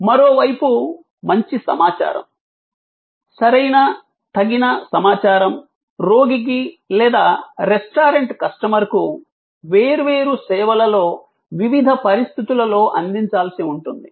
మరోవైపు మంచి సమాచారం సరైన తగిన సమాచారం రోగికి లేదా రెస్టారెంట్ కస్టమర్కు వేర్వేరు సేవలలో వివిధ పరిస్థితులలో అందించాల్సి ఉంటుంది